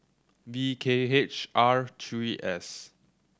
V K H R three S